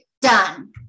done